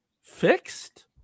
fixed